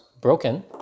broken